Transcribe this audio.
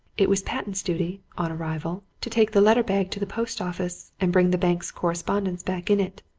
it was patten's duty, on arrival, to take the letter-bag to the post-office and bring the bank's correspondence back in it.